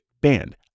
band